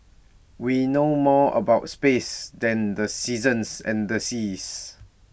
we know more about space than the seasons and the seas